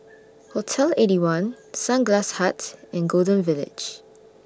Hotel Eighty One Sunglass Hut and Golden Village